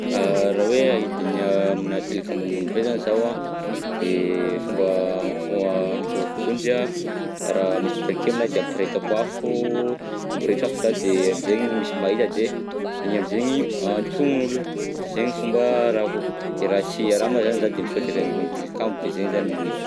Raha hoe ahidiny aminà tilikambo ambony be zany zaho, de fomba fagnansovako vonjy an, raha misy briquet aminahy de ampirehetako afo, mampirehitra afo zaho de zegny misy mahita de igny am'zegny antognin'olona, de zegny fomba rahako, de raha sy araha moa zany zaho de misaoty avy ambony tilikambo de zay zany mombako.